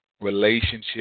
relationship